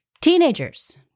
Teenagers